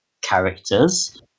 characters